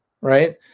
Right